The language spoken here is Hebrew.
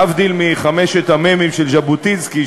להבדיל מחמשת המ"מים של ז'בוטינסקי,